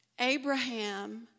Abraham